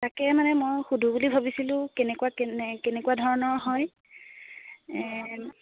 তাকে মানে মই সুধোঁ বুলি ভাবিছিলোঁ কেনেকুৱা কেনে কেনেকুৱা ধৰণৰ হয়